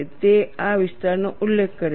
તે આ વિસ્તારનો ઉલ્લેખ કરે છે